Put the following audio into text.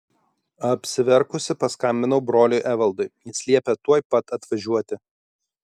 apsiverkusi paskambinau broliui evaldui jis liepė tuoj pat atvažiuoti